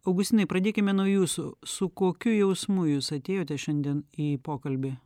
augustinai pradėkime nuo jūsų su kokiu jausmu jūs atėjote šiandien į pokalbį